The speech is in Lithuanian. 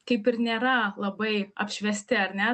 kaip ir nėra labai apšviesti ar ne